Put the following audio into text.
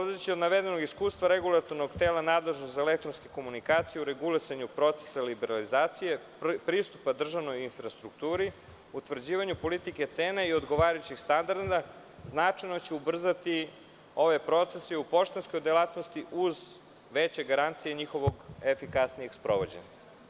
Iz navedenog iskustva regulatornog tela, nadležnost za elektronske komunikacije u regulisanju procesa liberalizacije, pristupa državnoj infrastrukturi, utvrđivanju politike cena i odgovarajućih standarda, značajno će ubrzati ove procese i u poštanskoj delatnosti uz veće garancije njihovog efikasnijeg sprovođenja.